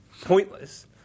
pointless